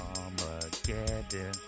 Armageddon